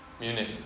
munich